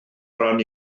ran